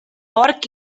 porc